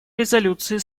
резолюции